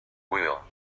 wheel